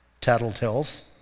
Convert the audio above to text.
tattletales